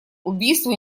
убийству